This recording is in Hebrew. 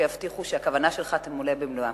שיבטיחו שהכוונה שלך תמולא במלואה.